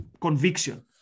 conviction